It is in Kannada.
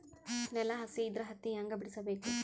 ನೆಲ ಹಸಿ ಇದ್ರ ಹತ್ತಿ ಹ್ಯಾಂಗ ಬಿಡಿಸಬೇಕು?